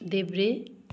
देब्रे